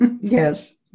Yes